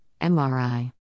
MRI